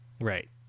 Right